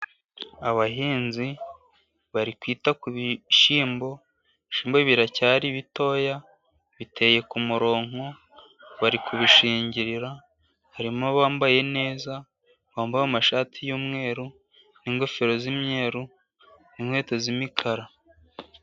Abahinzi bari kwita ku bishyimbo, ibishyimbo biracyari bitoya, biteye ku muronko, bari kubishingirira, harimo abambaye neza bambaye amashati y'umweru n'ingofero z'imyeru, n'inkweto z'imikara.